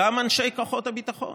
גם אנשי כוחות הביטחון,